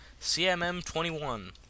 CMM21